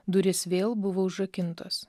durys vėl buvo užrakintos